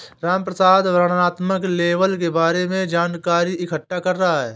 रामप्रसाद वर्णनात्मक लेबल के बारे में जानकारी इकट्ठा कर रहा है